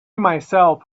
myself